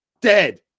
dead